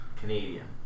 Canadian